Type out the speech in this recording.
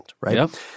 right